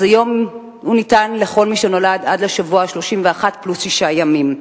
אז היום הוא ניתן לכל מי שנולד עד השבוע ה-31 פלוס שישה ימים.